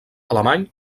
alemany